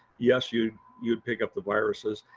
yes, you, you would pick up the viruses,